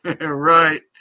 Right